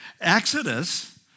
Exodus